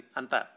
anta